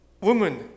Woman